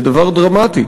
זה דבר דרמטי.